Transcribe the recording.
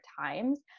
times